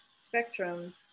spectrum